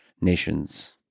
nations